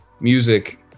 music